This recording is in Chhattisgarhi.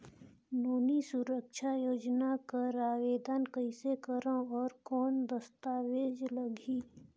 नोनी सुरक्षा योजना कर आवेदन कइसे करो? और कौन दस्तावेज लगही?